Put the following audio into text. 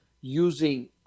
using